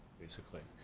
basically.